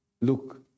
Look